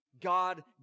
God